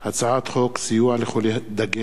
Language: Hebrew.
הצעת חוק סיוע לחולי דגנת,